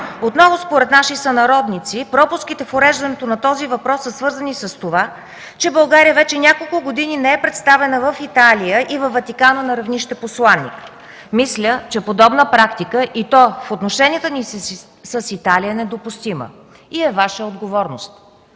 Отново според наши сънародници пропуските в уреждането на този въпрос са свързани с това, че България вече няколко години не е представена в Италия и във Ватикана на равнище посланик. Мисля, че подобна практика, и то в отношенията ни с Италия, е недопустима и е Ваша отговорност.